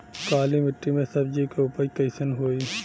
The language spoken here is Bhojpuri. काली मिट्टी में सब्जी के उपज कइसन होई?